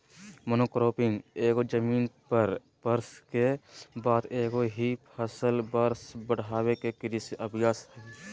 monocropping एगो जमीन पर वर्ष के बाद एगो ही फसल वर्ष बढ़ाबे के कृषि अभ्यास हइ